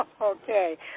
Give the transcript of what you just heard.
Okay